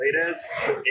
latest